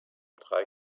drei